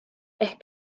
ehk